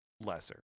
lesser